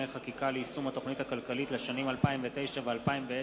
חקיקה ליישום התוכנית הכלכלית לשנים 2009 ו-2010),